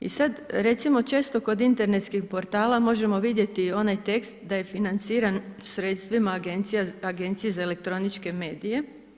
I sad recimo često kod internetskih portala možemo vidjeti onaj tekst da je financiran sredstvima Agencije za elektroničke medije.